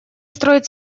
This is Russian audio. строить